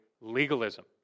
legalism